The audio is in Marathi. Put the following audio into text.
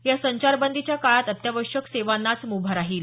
या संचारबंदीच्या काळात अत्यावश्यक सेवांनाच म्रभा राहील